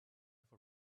for